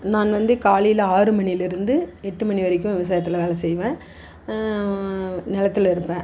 நான் வந்து காலையில் ஆறு மணியில் இருந்து எட்டு மணி வரைக்கும் விவசாயத்தில் வேலை செய்வேன் நிலத்துல இருப்பேன்